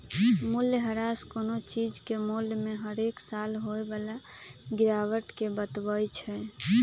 मूल्यह्रास कोनो चीज के मोल में हरेक साल होय बला गिरावट के बतबइ छइ